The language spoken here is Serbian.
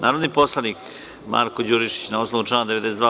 Narodni poslanik Marko Đurišić, na osnovu člana 92.